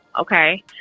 okay